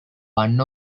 one